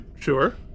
sure